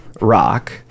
rock